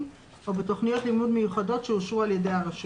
או בתוכניות לימודים מיוחדות שאושרו על ידי הרשות.